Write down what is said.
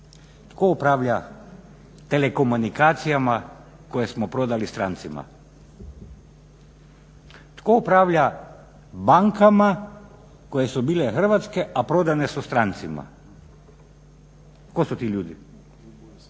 Tko upravlja telekomunikacijama koje smo prodali strancima? Tko upravlja bankama koje su bile hrvatske, a prodane su strancima? Tko su ti ljudi?